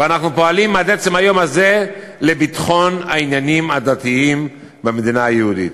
ואנחנו פועלים עד עצם היום הזה לביטחון העניינים הדתיים במדינה היהודית.